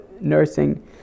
nursing